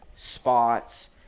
spots